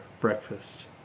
breakfast